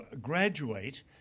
graduate